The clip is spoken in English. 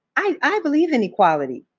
i believe in equality,